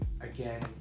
again